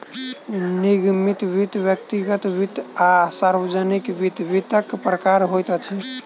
निगमित वित्त, व्यक्तिगत वित्त आ सार्वजानिक वित्त, वित्तक प्रकार होइत अछि